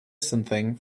something